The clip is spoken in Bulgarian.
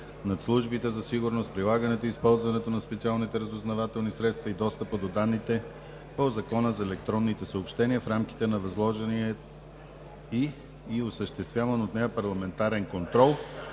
над службите за сигурност, прилагането и използването на специалните разузнавателни средства и достъпа до данните по Закона за електронните съобщения в рамките на възложения й и осъществяван от нея парламентарен контрол